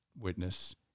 witness